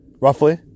roughly